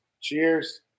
Cheers